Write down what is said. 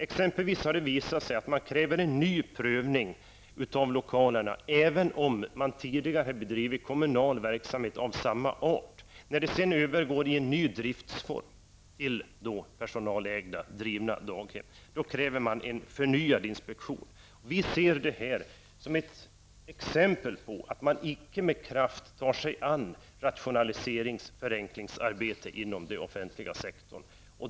Det har t.ex. visat sig att man kräver en ny prövning av lokalerna även om man tidigare har bedrivit kommunal verksamhet av samma art. När det sedan övergår i en ny driftsform, till personaldrivna daghem, kräver man en förnyad inspektion. Detta är ett exempel på att man icke med kraft tar sig an rationaliserings och förenklingsarbetet inom den offentliga sektorn.